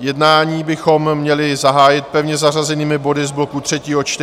jednání bychom měli zahájit pevně zařazenými body z bloku třetího čtení.